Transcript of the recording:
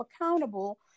accountable